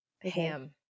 ham